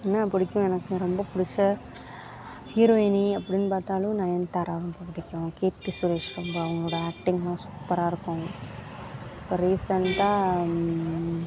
என்ன பிடிக்கும் எனக்கு ரொம்ப பிடிச்ச ஹீரோயினி அப்படின்னு பார்த்தாலும் நயன்தாரா ரொம்ப பிடிக்கும் கீர்த்தி சுரேஷ் ரொம்ப அவங்களோட ஆக்டிங்லாம் சூப்பராக இருக்கும் இப்போ ரீசன்ட்டாக